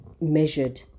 measured